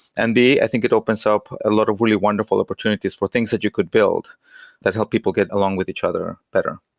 and b, i think it opens up a lot of really wonderful opportunities for things that you could build that help people get along with each other better.